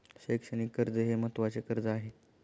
शैक्षणिक कर्ज हे महत्त्वाचे कर्ज आहे